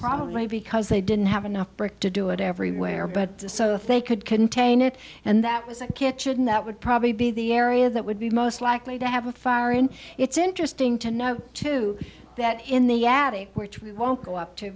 probably because they didn't have enough brick to do it everywhere but if they could contain it and that was a kitchen that would probably be the area that would be most likely to have a fire and it's interesting to know too that in the attic which we won't go up to